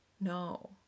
no